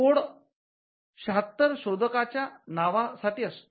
code ७६ शोधकाच्या नावा साठी असतो